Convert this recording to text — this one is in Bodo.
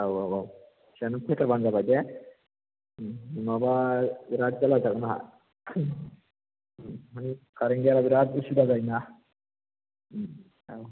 औ औ औ जायखिजाया नोङो फैथारबानो जाबाय दे नङाबा बिराद जाल्ला जागोन आंहा माने कारेन्ट गैयाबा बिराद उसुबिदा जायोना औ